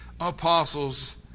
apostles